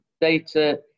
data